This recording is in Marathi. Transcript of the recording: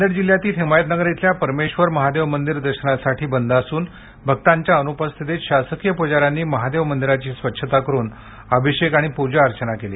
नांदेड जिल्ह्यातील हिमायतनगर इथल्या परमेश्वर महादेव मंदिर दर्शनासाठी बंद असून भक्तांच्या अनुपस्थितीत शासकीय पुजाऱ्यांनी महादेव मंदीरांची स्वच्छता करून अभिषेक पूजा अर्चा करण्यात आली